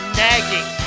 nagging